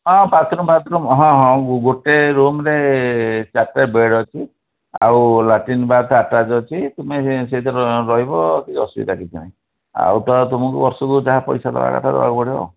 ହଁ ବାଥ୍ରୁମ୍ ଫାଥ୍ରୁମ୍ ହଁ ହଁ ଗୋଟେ ରୁମ୍ରେ ଚାରିଟା ବେଡ଼୍ ଅଛି ଆଉ ଲାଟିନ୍ ବାଥ୍ ଆଟାଚ୍ ଅଛି ତୁମେ ସେଇଥିରେ ରହିବ କିଛି ଅସୁବିଧା କିଛି ନାହିଁ ଆଉ ତ ତୁମକୁ ବର୍ଷକୁ ଯାହା ପଇସା ଦେବା କଥା ଦେବାକୁ ପଡ଼ିବ